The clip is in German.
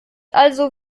also